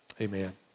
Amen